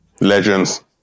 Legends